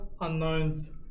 unknowns